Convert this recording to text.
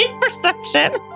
perception